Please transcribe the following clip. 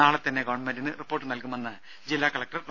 നാളെ തന്നെ ഗവൺമെന്റിന് റിപ്പോർട്ട് നൽകുമെന്ന് ജില്ലാ കലക്ടർ ഡോ